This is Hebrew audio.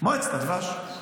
מועצת הדבש.